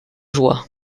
joie